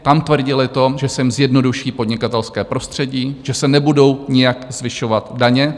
Tam tvrdili to, že se jim zjednoduší podnikatelské prostředí, že se nebudou nijak zvyšovat daně.